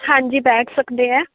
ਹਾਂਜੀ ਬੈਠ ਸਕਦੇ ਹੈ